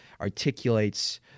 articulates